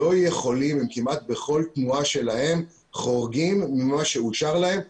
כמעט בכל תנועה שלהם הם חורגים ממה שאושר להם.